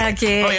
Okay